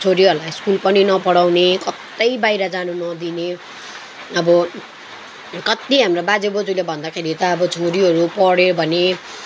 छोरीहरूलाई स्कुल पनि नपढाउने कतै बाहिर जानु नदिने अब कति हाम्रो बोजे बोजूले भन्दाखेरि त अब छोरीहरू पढ्यो भने